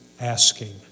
Asking